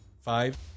five